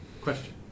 Question